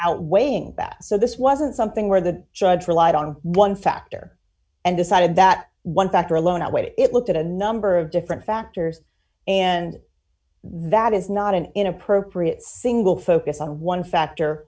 outweighing that so this wasn't something where the judge relied on one factor and decided that one factor alone a way it looked at a number of different factors and that is not an inappropriate single focus on one factor